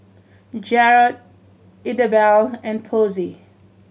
Jarrod Idabelle and Posey